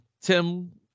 Tim